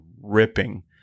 ripping